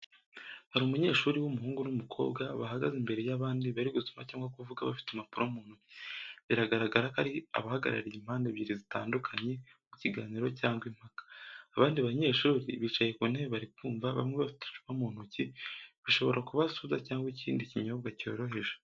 Hari umunyeshuri w’umuhungu n’umukobwa bahagaze imbere y’abandi bari gusoma cyangwa kuvuga bafite impapuro mu ntoki. Biragaragara ko ari abahagarariye impande ebyiri zitandukanye mu kiganiro cyangwa impaka. Abandi banyeshuri bicaye ku ntebe bari kumva bamwe bafite icupa mu ntoki bishobora kuba soda cyangwa ikindi kinyobwa cyoroheje.